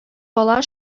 бала